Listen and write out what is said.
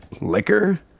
Liquor